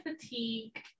fatigue